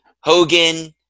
Hogan